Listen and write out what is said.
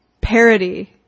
parody